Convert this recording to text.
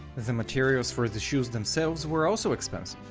the materials for the shoes themselves were also expensive.